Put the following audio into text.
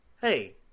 hey